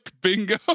Bingo